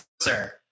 sir